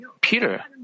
Peter